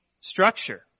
structure